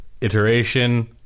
iteration